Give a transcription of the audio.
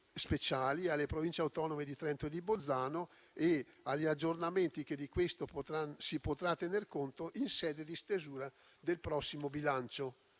speciali e alle Province autonome di Trento e di Bolzano e agli aggiornamenti di cui da questo punto di vista si potrà tenere conto in sede di stesura del prossimo bilancio.